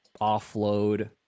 offload